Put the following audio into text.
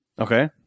Okay